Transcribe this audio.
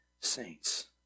saints